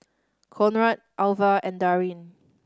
Conrad Alva and Darrin